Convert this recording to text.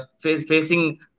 facing